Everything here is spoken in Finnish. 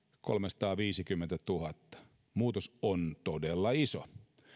kolmesataaviisikymmentätuhatta muutos on todella iso